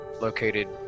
located